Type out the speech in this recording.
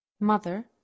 mother